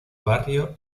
barrio